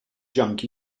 junk